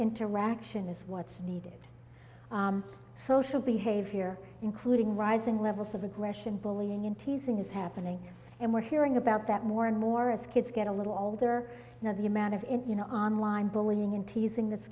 interaction is what's needed social behavior including rising levels of aggression bullying in teasing is happening and we're hearing about that more and more as kids get a little older now the amount of it you know on line bullying in teasing that's